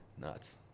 nuts